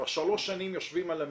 כבר שלוש שנים יושבים על המדוכה,